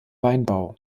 weinbau